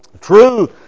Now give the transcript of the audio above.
True